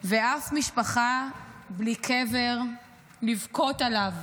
ואף משפחה בלי קבר לבכות עליו.